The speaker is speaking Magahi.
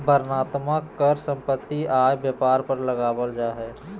वर्णनात्मक कर सम्पत्ति, आय, व्यापार पर लगावल जा हय